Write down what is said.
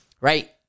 right